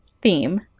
theme